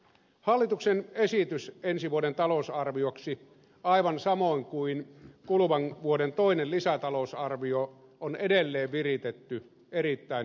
hallituksen esitys ensi vuoden talousarvioksi aivan samoin kuin kuluvan vuoden toinen lisätalousarvio on edelleen viritetty erittäin elvyttäväksi